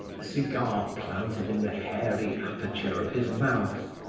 a cigar planted in the hairy aperture of his mouth.